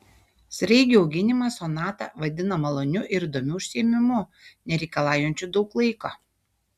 sraigių auginimą sonata vadina maloniu ir įdomiu užsiėmimu nereikalaujančiu daug laiko